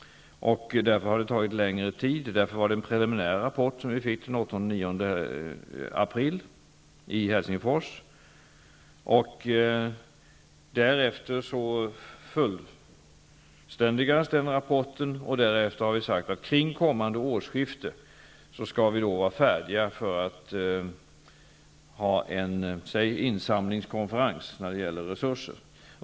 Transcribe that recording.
Därför har det tagit längre tid, och därför var det en preliminär rapport som vi fick den 8--9 april i Helsingfors. Därefter gjordes den rapporten fullständig, och vi har sagt att kring kommande årsskifte skall vi vara färdiga för att ha en ''insamlingskonferens'' när det gäller resurser.